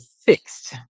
fixed